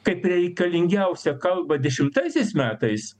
kaip reikalingiausia kalba dešimtaisiais metais